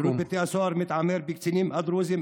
שירות בתי הסוהר מתעמר בקצינים הדרוזים